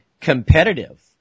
competitive